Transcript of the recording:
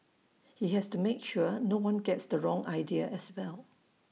he has to make sure no one gets the wrong idea as well